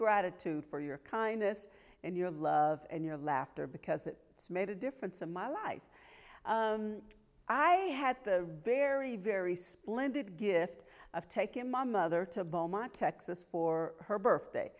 gratitude for your kindness and your love and your laughter because it made a difference in my life i had the very very splendid gift of taking my mother to beaumont texas for her birthday